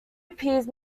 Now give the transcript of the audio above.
appears